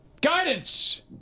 guidance